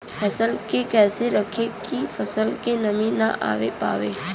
फसल के कैसे रखे की फसल में नमी ना आवा पाव?